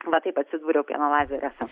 va taip atsidūriau pieno lazeriuose